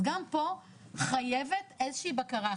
אז גם פה חייבת איזו שהיא בקרה,